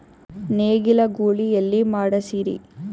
ನೇಗಿಲ ಗೂಳಿ ಎಲ್ಲಿ ಮಾಡಸೀರಿ?